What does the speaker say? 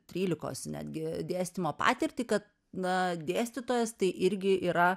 trylikos netgi dėstymo patirtį kad na dėstytojas tai irgi yra